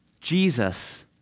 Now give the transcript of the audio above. Jesus